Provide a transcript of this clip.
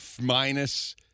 Minus